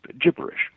gibberish